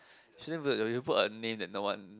we shouldn't put a we will put a name that no one